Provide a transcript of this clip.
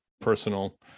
personal